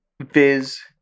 Viz